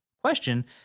question